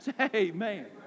amen